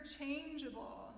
interchangeable